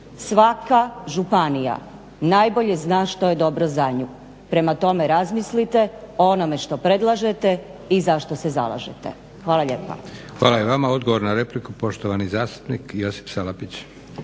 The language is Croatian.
Svaka županija najbolje zna što je dobro za nju. Prema tome, razmislite o onome što predlažete i za što se zalažete. Hvala lijepa. **Leko, Josip (SDP)** Hvala i vama. Odgovor na repliku, poštovani zastupnik Josip Salapić.